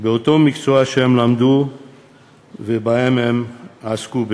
באותו מקצוע שהם למדו ובו עסקו בחו"ל.